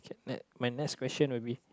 okay ne~ my next question will be